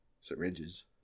syringes